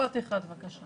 משפט אחד, בבקשה.